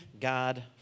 God